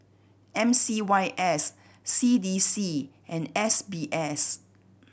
M C Y S C D C and S B S